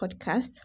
Podcast